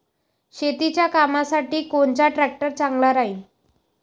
शेतीच्या कामासाठी कोनचा ट्रॅक्टर चांगला राहीन?